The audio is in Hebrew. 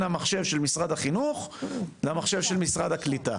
המחשב של משרד החינוך למחשב של משרד הקליטה.